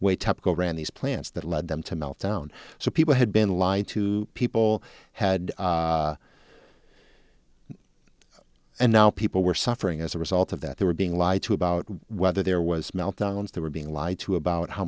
these plants that led them to meltdown so people had been lied to people had and now people were suffering as a result of that they were being lied to about whether there was meltdowns they were being lied to about how